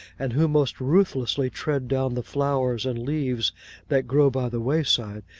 and who most ruthlessly tread down the flowers and leaves that grow by the wayside,